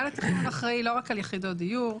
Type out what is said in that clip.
מינהל התכנון אחראי לא רק על יחידות דיור,